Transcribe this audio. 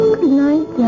Goodnight